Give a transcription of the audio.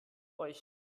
euch